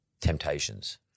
temptations